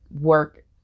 work